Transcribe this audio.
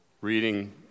reading